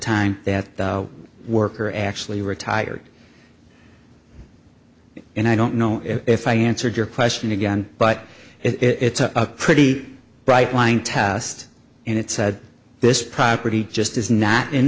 time that the worker actually retired and i don't know if i answered your question again but it's a pretty bright line test and it said this property just is not in